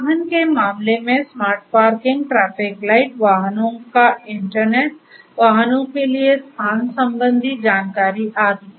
परिवहन के मामले में स्मार्ट पार्किंग ट्रैफिक लाइट वाहनों का इंटरनेट वाहनों के लिए स्थान संबंधी जानकारी आदि